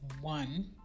one